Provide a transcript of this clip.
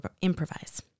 improvise